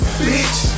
bitch